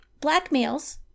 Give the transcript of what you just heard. blackmails